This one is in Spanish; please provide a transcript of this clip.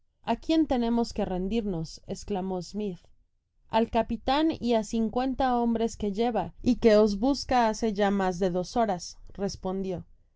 a quién tenemos que rendirnos esclamó smith al capitan y á cincuenta hombres que lleva y que os busca hace ya mas de dos horas respondió